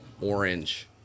Orange